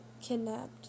kidnapped